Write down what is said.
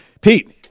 Pete